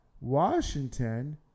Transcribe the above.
Washington